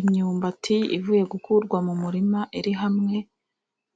Imyumbati ivuye gukurwa mu murima iri hamwe,